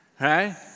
Right